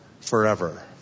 forever